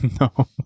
no